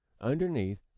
underneath